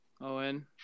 Owen